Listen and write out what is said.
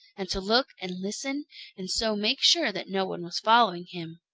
and to look and listen and so make sure that no one was following him.